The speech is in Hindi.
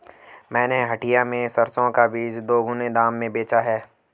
मैंने हटिया में सरसों का बीज दोगुने दाम में बेचा है